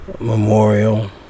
memorial